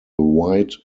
wide